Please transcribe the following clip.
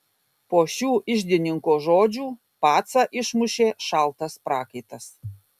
po šių iždininko žodžių pacą išmušė šaltas prakaitas